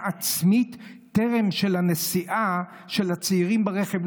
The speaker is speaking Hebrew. עצמית טרם הנסיעה של הצעירים ברכב,